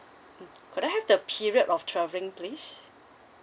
mm could I have the period of travelling please